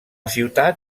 ciutat